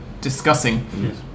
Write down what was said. discussing